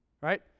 Right